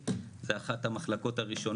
לא משנה כמה צריכה תהיה בו.